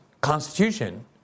Constitution